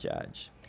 judge